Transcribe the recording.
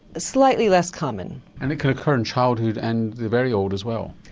ah slightly less common. and it can occur in childhood and the very old as well?